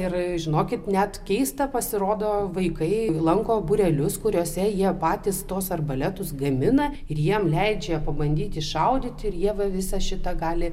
ir žinokit net keista pasirodo vaikai lanko būrelius kuriuose jie patys tos arbaletus gamina ir jiem leidžia pabandyti šaudyti ir jie va visą šitą gali